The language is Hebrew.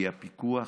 כי הפיקוח